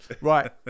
Right